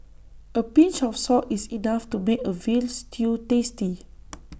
A pinch of salt is enough to make A Veal Stew tasty